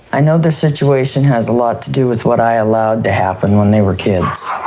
i know their situation has a lot to do with what i allowed to happen when they were kids.